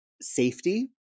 safety